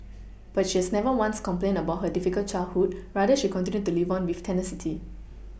but she has never once complained about her difficult childhood rather she continued to live on with tenacity